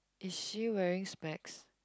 is she wearing specs